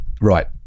right